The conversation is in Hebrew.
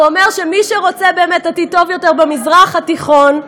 הוא אומר שמי שרוצה באמת עתיד טוב יותר במזרח התיכון,